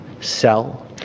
sell